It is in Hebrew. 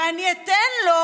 ואני אתן לו,